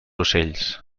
ocells